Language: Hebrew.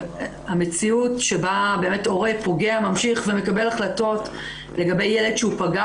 המציאות שבה הורה פוגע ממשיך ומקבל החלטות לגבי ילד שהוא פגע